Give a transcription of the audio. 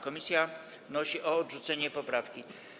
Komisja wnosi o odrzucenie poprawki.